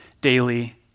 daily